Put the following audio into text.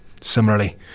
similarly